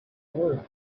worth